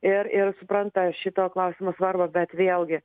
ir ir supranta šito klausimo svarbą bet vėlgi